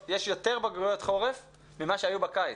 יש יותר בגרויות חורף ממה שהיו בקיץ.